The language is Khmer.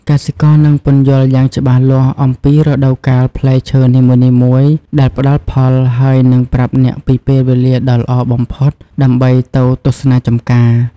កសិករនឹងពន្យល់យ៉ាងច្បាស់លាស់អំពីរដូវកាលផ្លែឈើនីមួយៗដែលផ្តល់ផល ហើយនឹងប្រាប់អ្នកពីពេលវេលាដ៏ល្អបំផុតដើម្បីទៅទស្សនាចម្ការ។